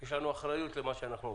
יש לנו אחריות למה שאנחנו עושים.